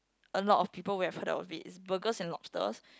a lot of people would have heard of it it's Burgers-and-Lobsters